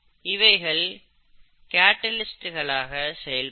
இவைகள் கேட்டலிஸ்டுகளாக செயல்படும்